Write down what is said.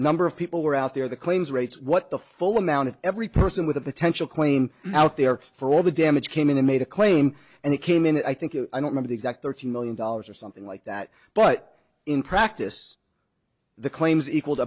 number of people were out there the claims rates what the full amount every person with a potential claim out there for all the damage came in and made a claim and it came in and i think i don't know the exact thirty million dollars or something like that but in practice the claims equal